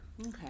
Okay